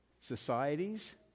societies